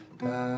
da